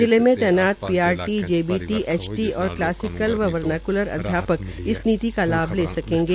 जिले में तैनात पीआरटी जेबीटी एचटी और कलासिकल व वर्नाक्लर अध्यापक इस नीति का लाभ ले सकेंगे